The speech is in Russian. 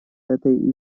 этой